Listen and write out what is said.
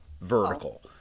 vertical